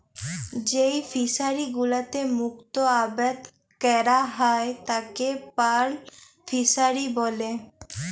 যেই ফিশারি গুলোতে মুক্ত আবাদ ক্যরা হ্যয় তাকে পার্ল ফিসারী ব্যলে